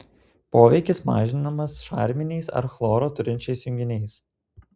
poveikis mažinamas šarminiais ar chloro turinčiais junginiais